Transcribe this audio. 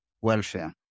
welfare